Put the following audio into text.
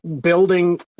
building